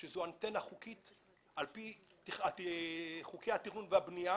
שזו אנטנה חוקית על פי חוקי התכנון והבנייה